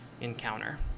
encounter